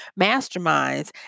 masterminds